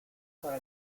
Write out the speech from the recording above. para